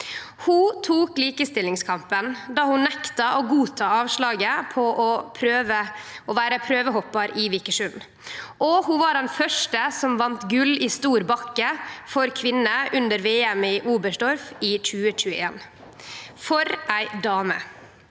Ho tok likestillingskampen då ho nekta å godta avslaget på å vere prøvehoppar i Vikersund, og ho var den første som vann gull i stor bakke for kvinner under VM i Oberstdorf i 2021. For ei dame!